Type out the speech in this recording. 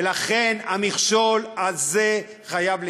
ולכן, המכשול הזה חייב להתקיים.